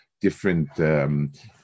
different